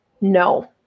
no